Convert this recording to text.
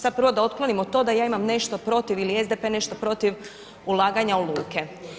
Sada prvo otklonimo to da ja imam nešto protiv ili SDP nešto protiv ulaganja u luke.